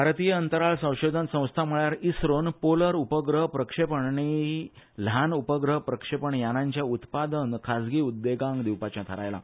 भारतीय अंतराळ संशोधन संस्था म्हळ्यार इस्रोन पोलर उपग्रह प्रक्षेपण यानां आनी ल्हान उपग्रह प्रक्षेपण यानांचे उत्पादन खासगी उद्देगांक दिवपाचे थारायला